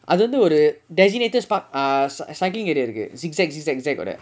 அது வந்து ஒரு:athu vanthu oru designated park err cycling area இருக்கு:irukku zig-zag zig-zag ஓட:oda